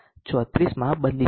34 માં બદલી શકીએ